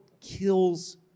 kills